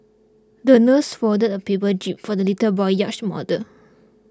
the nurse folded a paper jib for the little boy's yacht model